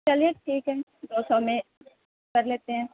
چلیے ٹھیک ہے دو سو میں کر لیتے ہیں